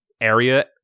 area